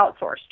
outsourced